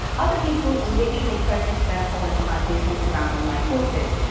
other people literally focus their whole entire business around online courses,